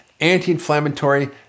anti-inflammatory